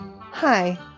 Hi